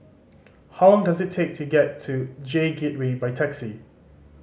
how long does it take to get to J Gateway by taxi